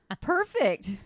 perfect